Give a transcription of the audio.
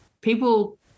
People